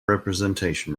representation